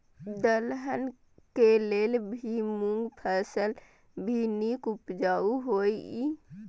दलहन के लेल भी मूँग फसल भी नीक उपजाऊ होय ईय?